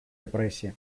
репрессиям